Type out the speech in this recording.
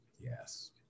Yes